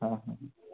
हां हां